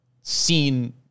seen